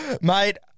Mate